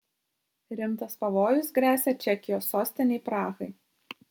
rimtas pavojus gresia čekijos sostinei prahai